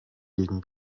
gegen